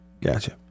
Gotcha